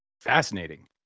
Fascinating